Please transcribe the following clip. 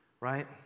right